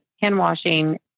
Hand-washing